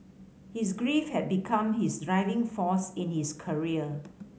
his grief had become his driving force in his career